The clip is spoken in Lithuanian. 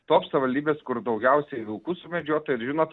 top savivaldybės kur daugiausiai vilkų sumedžiota ir žinot